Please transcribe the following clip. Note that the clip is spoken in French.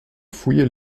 fouiller